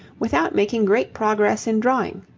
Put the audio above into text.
without making great progress in drawing.